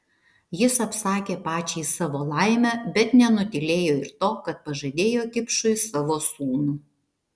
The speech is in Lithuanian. jis apsakė pačiai savo laimę bet nenutylėjo ir to kad pažadėjo kipšui savo sūnų